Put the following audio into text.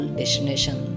destination